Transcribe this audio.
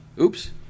Oops